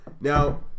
Now